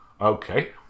Okay